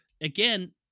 again